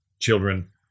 children